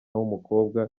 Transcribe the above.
w’umukobwa